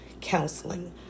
counseling